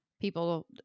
people